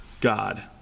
God